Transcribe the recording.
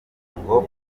ngo